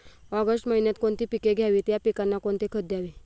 August महिन्यात कोणती पिके घ्यावीत? या पिकांना कोणते खत द्यावे?